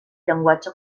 llenguatge